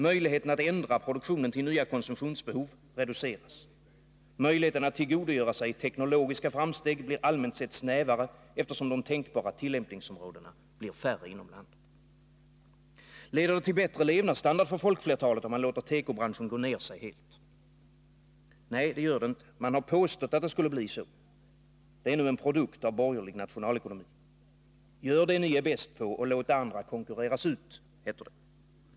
Möjligheten att ändra produktionen till nya konsumtionsbehov reduceras. Möjligheten att tillgodogöra sig teknologiska framsteg blir allmänt sett snävare, eftersom de tänkbara tillämpningsområdena blir färre. Leder det till bättre levnadsstandard för folkflertalet, om man låter tekobranschen gå ner sig helt? Nej, det gör det inte. Man har påstått att det skulle bli så, men det är en produkt av borgerlig nationalekonomi. Gör det ni är bäst på och låt det andra konkurreras ut, heter det.